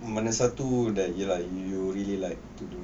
mana satu ye lah you really like to do